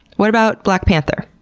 what about black panther?